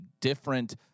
different